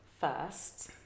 first